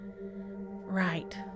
right